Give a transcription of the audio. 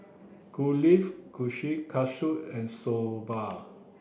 Kulfi Kushikatsu and Soba